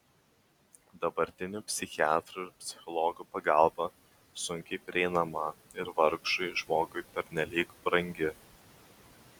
dabartinių psichiatrų ir psichologų pagalba sunkiai prieinama ir vargšui žmogui pernelyg brangi